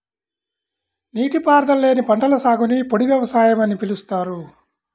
నీటిపారుదల లేని పంటల సాగుని పొడి వ్యవసాయం అని పిలుస్తారు